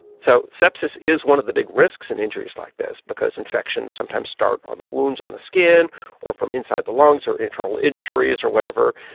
so sepsis is one of the big risks in injuries like this because infections sometimes start on the wounds on the skin or from inside the lungs or internal injuries or whatever.